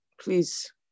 Please